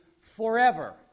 forever